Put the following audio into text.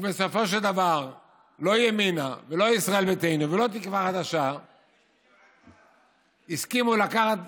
ובסופו של דבר לא ימינה ולא ישראל ביתנו ולא תקווה חדשה הסכימו לקחת